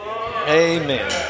Amen